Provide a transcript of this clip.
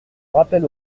rappel